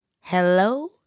Hello